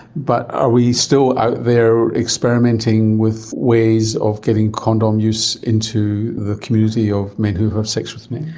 but are we still out there experimenting with ways of getting condom use into the community of men who have sex with men?